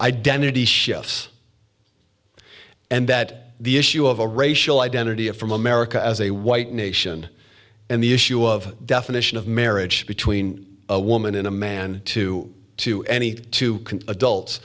identities schiff's and that the issue of a racial identity of from america as a white nation and the issue of definition of marriage between a woman in a man two to any two